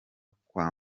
kwa